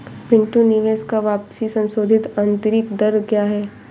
पिंटू निवेश का वापसी संशोधित आंतरिक दर क्या है?